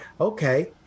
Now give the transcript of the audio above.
okay